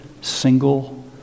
single